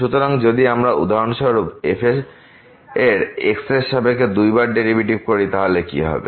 সুতরাং যদি আমরা উদাহরণস্বরূপ f এর x এর সাপেক্ষে দুইবার ডেরিভেটিভ গ্রহণ করি তাহলে কি হবে